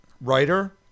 Writer